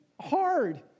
hard